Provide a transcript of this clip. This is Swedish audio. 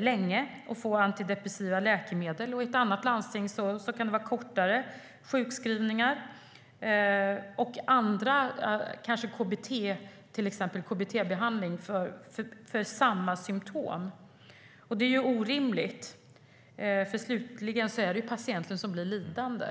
länge och få antidepressiva läkemedel medan det i ett annat landsting kan vara kortare sjukskrivningar och andra behandlingsformer, till exempel KBT, för samma symtom. Det är orimligt, för i slutändan är det patienten som blir lidande.